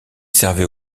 servait